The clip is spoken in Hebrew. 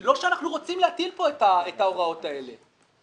אנחנו כן מבקשים לחדד את ההיבטים האופרטיביים.